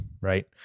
right